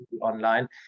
online